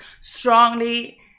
strongly